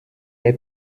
est